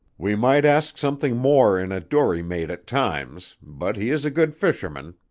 we might ask something more in a dory mate at times, but he is a good fisherman,